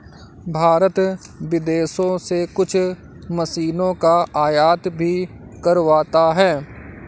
भारत विदेशों से कुछ मशीनों का आयात भी करवाता हैं